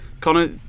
Connor